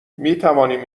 میتوانیم